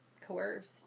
coerced